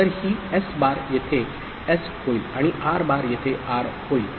तर ही S bar येथे S होईल आणि R बार येथे R होईल